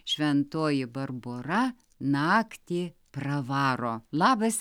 šventoji barbora naktį pravaro labas